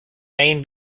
main